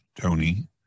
Tony